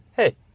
Hey